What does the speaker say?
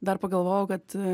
dar pagalvojau kad